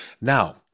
Now